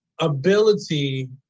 ability